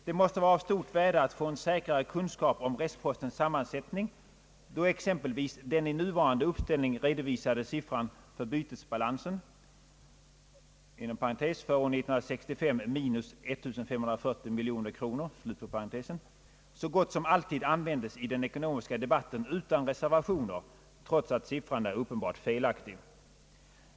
Det måste vara av stort värde att få en säkrare kunskap om restpostens sammansättning, då exempelvis den i nuvarande «uppställning redovisade siffran för bytesbalansen så gott som alltid användes i den ekonomiska debatten utan reservationer, trots att siffran är uppenbart felaktig.